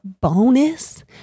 bonus